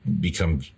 become